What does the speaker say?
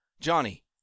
Johnny